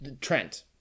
Trent –